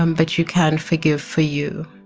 um but you can forgive for you